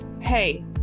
Hey